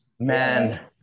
man